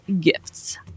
gifts